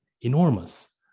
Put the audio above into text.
enormous